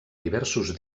diversos